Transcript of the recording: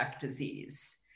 disease